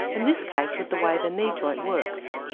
in this case with the way the knee joint works.